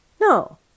no